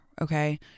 Okay